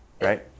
Right